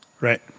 Right